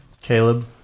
Caleb